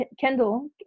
Kendall